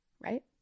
Right